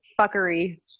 fuckery